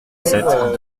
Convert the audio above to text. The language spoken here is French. sept